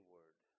Word